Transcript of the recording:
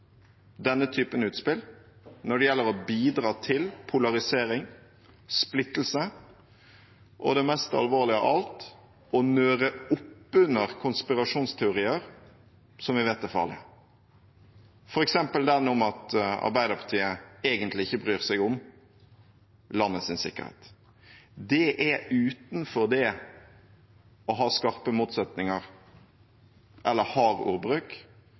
denne typen utspill når det gjelder å bidra til polarisering, splittelse og det mest alvorlige av alt: å nøre opp under konspirasjonsteorier som vi vet er farlige, f.eks. den om at Arbeiderpartiet egentlig ikke bryr seg om landets sikkerhet. Det er utenfor det å ha skarpe motsetninger, eller